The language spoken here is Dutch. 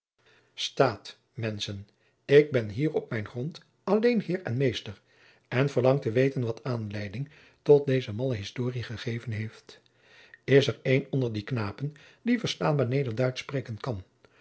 staat menschen ik ben hier op mijn grond jacob van lennep de pleegzoon alleen heer en meester en verlang te weten wat aanleiding tot deze malle historie gegeven heeft is er een onder die knapen die verstaanbaar neêrduitsch spreken kan